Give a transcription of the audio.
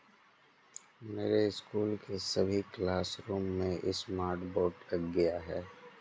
मेरे स्कूल के सभी क्लासरूम में स्मार्ट बोर्ड लग गए हैं